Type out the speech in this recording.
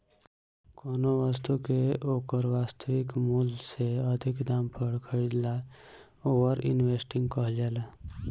कौनो बस्तु के ओकर वास्तविक मूल से अधिक दाम पर खरीदला ओवर इन्वेस्टिंग कहल जाला